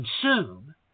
consume